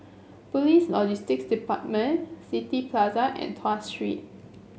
Police Logistics Department City Plaza and Tuas Street